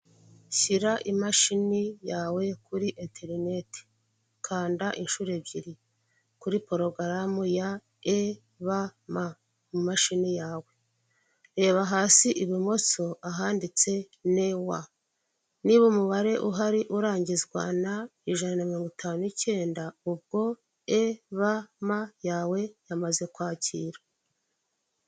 Shyira imashini yawe kuri interineti, kanda inshuro ebyiri kuri porogaramu ya EBM mumashini yawe reba hasi ibumoso ahanditse new niba umubare uhari urangizwa na ijana na mirongo itanu n'icyenda ubwo EBM yawe yamaze kwakira.